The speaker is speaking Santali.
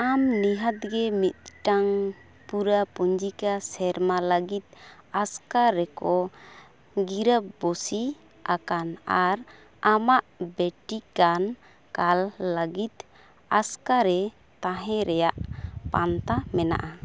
ᱟᱢ ᱱᱤᱦᱟᱛᱜᱮ ᱢᱤᱫᱴᱟᱝ ᱯᱩᱨᱟ ᱯᱩᱧᱡᱤᱠᱟ ᱥᱮᱨᱢᱟ ᱞᱟ ᱜᱤᱫ ᱟᱥᱠᱟ ᱨᱮᱠᱚ ᱜᱤᱨᱟᱹᱵᱚᱥᱤ ᱟᱠᱟᱱ ᱟᱨ ᱟᱢᱟᱜ ᱵᱮᱴᱤᱠᱟᱱ ᱠᱟᱞ ᱞᱟ ᱜᱤᱫ ᱟᱥᱠᱟᱨᱮ ᱛᱟᱦᱮᱸ ᱨᱮᱭᱟᱜ ᱯᱟᱱᱛᱟ ᱢᱮᱱᱟᱜᱼᱟ